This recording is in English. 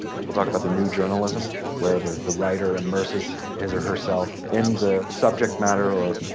people talked about the new journalism where the, the writer immerses his or herself in the subject matter or,